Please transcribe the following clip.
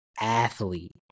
athlete